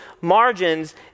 margins